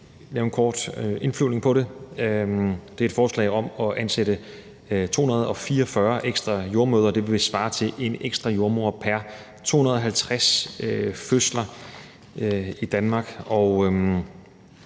mig lave en kort indflyvning til det. Det er et forslag om at ansætte 244 ekstra jordemødre. Det vil svare til en ekstra jordemoder pr. 250 fødsler i Danmark.